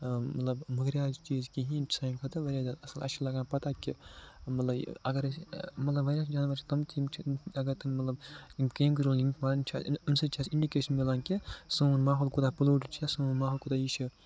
مطلب مُکرارٕکۍ چیٖز کِہیٖنۍ یِم چھِ سانہِ خٲطرٕ واریاہ زیادٕ اَصٕل اَسہِ چھُ لَگان پتہ کہ مطلب اَگر أسۍ مطلب واریاہ جاناوَار چھِ تٔم تہِ اَگر تِم مطلب یِم چھِ أمۍ سۭتۍ چھِ اَسہِ اِنڈِکیشَن مِلان کہ سون ماحول کوٗتاہ پٕلوٗٹٕڈ چھِ یا سون ماحول کوٗتاہ یہِ چھِ